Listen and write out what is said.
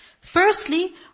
Firstly